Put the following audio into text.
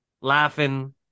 laughing